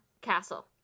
Castle